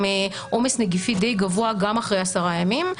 עומס נגיפי די גבוה גם אחרי עשרה ימים.